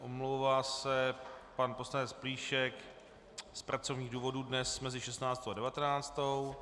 Omlouvá se pan poslanec Plíšek z pracovních důvodů dnes mezi 16. a 19. hodinou.